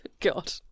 God